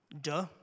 Duh